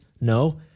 No